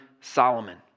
Solomon